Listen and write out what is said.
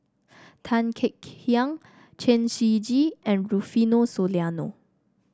Tan Kek Hiang Chen Shiji and Rufino Soliano